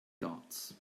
guards